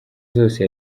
zose